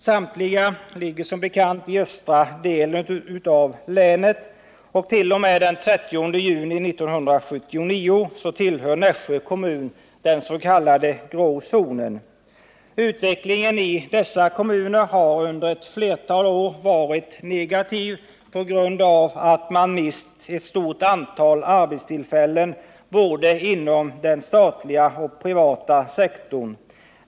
Samtliga ligger som bekant i östra delen av länet, och t.o.m. den 30 juni 1979 tillhör Nässjö kommun den s.k. grå zonen. Utvecklingen i dessa kommuner har under ett flertal år varit negativ på grund av att man mist ett stort antal arbetstillfällen inom både den statliga och den privata sektorn.